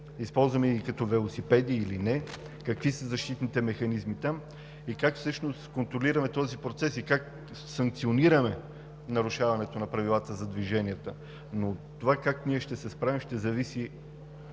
използваме ги като велосипеди или не, какви са защитните механизми там, как всъщност контролираме този процес и как санкционираме нарушаването на правилата за движение. Но от това как ние ще се справим, ще зависи